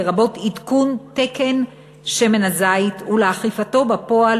לרבות עדכון תקן שמן הזית ואכיפתו בפועל